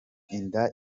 inda